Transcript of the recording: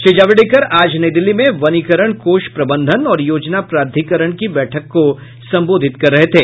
श्री जावड़ेकर आज नई दिल्ली में वनीकरण कोष प्रबंधन और योजना प्राधिकरण की बैठक को संबोधित कर रहे थे